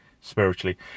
spiritually